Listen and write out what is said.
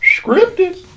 scripted